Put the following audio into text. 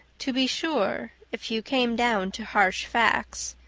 to be sure, if you came down to harsh facts.